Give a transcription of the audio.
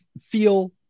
feel